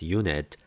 unit